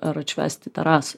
ar atšvęsti terasoj